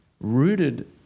rooted